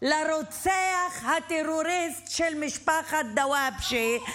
לרוצח הטרוריסט של משפחת דוואבשה,